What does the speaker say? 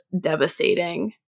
devastating